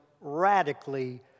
radically